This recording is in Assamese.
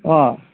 অঁ